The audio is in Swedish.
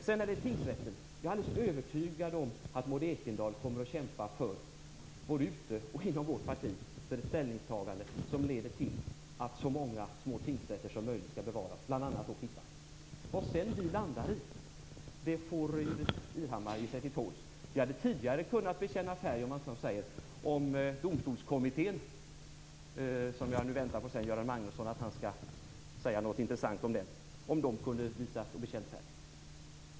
Jag är alldeles säker på att Maud Ekendahl kommer att utom och inom vårt parti kämpa för ett ställningstagande som leder till att så många små tingsrätter som möjligt skall bevaras, bl.a. Klippan. Ingbritt Irhammar får sedan ge sig till tåls i fråga om vad vi landar i. Jag väntar på att Göran Magnusson skall säga något intressant om Domstolskommittén. Ni hade tidigare kunnat bekänna färg om Domstolskommittén hade kunnat visa något.